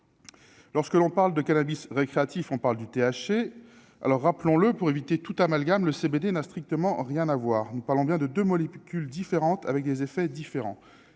lorsque l'on parle de cannabis récréatif, on parle du THC alors rappelons-le pour éviter tout amalgame le CBD n'a strictement rien à voir, nous parlons bien de de molécules différentes, avec des effets différents